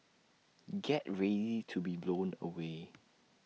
get ready to be blown away